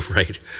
right.